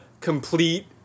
complete